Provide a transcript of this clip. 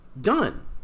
done